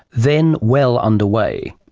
then well under way.